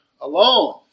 alone